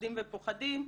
שחרדים ופוחדים,